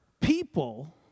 people